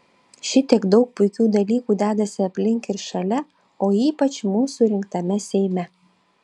šitiek daug puikių dalykų dedasi aplink ir šalia o ypač mūsų rinktame seime